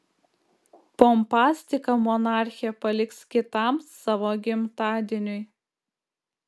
pompastiką monarchė paliks kitam savo gimtadieniui